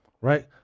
right